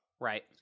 right